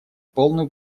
полную